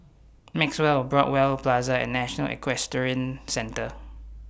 Maxwell Broadway Plaza and National Equestrian Centre